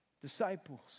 disciples